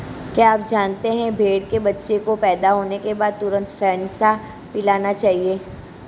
क्या आप जानते है भेड़ के बच्चे को पैदा होने के बाद तुरंत फेनसा पिलाना चाहिए?